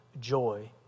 joy